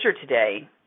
today